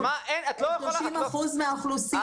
אז את לא יכולה --- 30% מהאוכלוסייה,